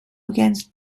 against